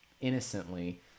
innocently